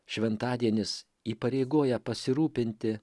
šventadienis įpareigoja pasirūpinti